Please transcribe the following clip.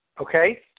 okay